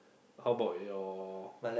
how about your